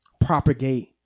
propagate